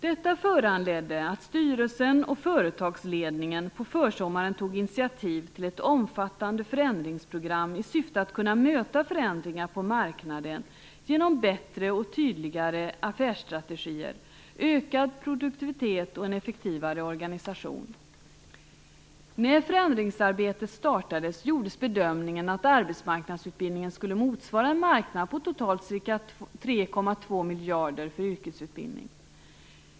Detta föranledde att styrelsen och företagsledningen på försommaren tog initiativ till ett omfattande förändringsprogram i syfte att kunna möta förändringar på marknaden genom bättre och tydligare affärsstrategier, ökad produktivitet och en effektivare organisation. När förändringsarbetet startade gjordes bedömningen att arbetsmarknadsutbildningen skulle motsvara en marknad på totalt ca 3,2 miljarder för yrkesutbildning.